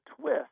twist